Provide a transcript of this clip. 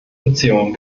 beziehungen